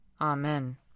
Amen